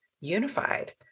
unified